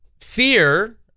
fear